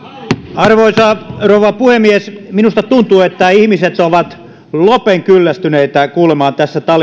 arvoisa rouva puhemies minusta tuntuu että ihmiset ovat lopen kyllästyneitä kuulemaan tässä